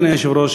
אדוני היושב-ראש,